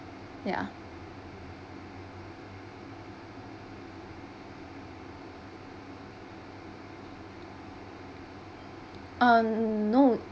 ya uh no